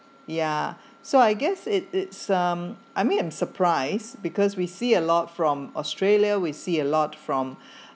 yeah so I guess it it some I mean I'm surprised because we see a lot from australia we see a lot from